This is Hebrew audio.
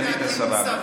סגנית השרה.